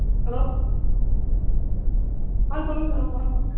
hello ஆ சொல்லுங்கள் sir வணக்கம்